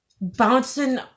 bouncing